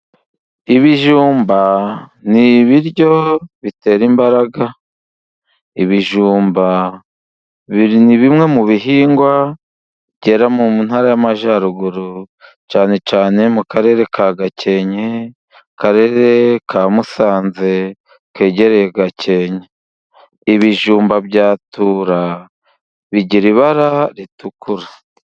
Ibijumba ni ibiryo bitera imbaraga, ibijumba ni bimwe mu bihingwa byera mu Ntara y'Amajyaruguru, cyane cyane mu Karere ka Gakenke, Akarere ka Musanze kegereye Gakenke. Ibijumba bya tura bigira ibara ritukura.